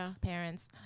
parents